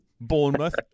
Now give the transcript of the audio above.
Bournemouth